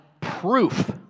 proof